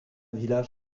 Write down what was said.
village